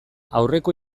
aurreko